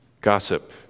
Gossip